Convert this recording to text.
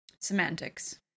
Semantics